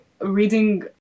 reading